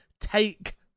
take